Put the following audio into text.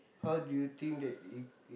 how do you think that it it